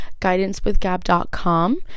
guidancewithgab.com